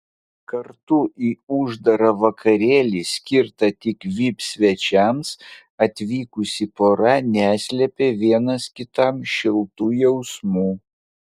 kartu į uždarą vakarėlį skirtą tik vip svečiams atvykusi pora neslėpė vienas kitam šiltų jausmų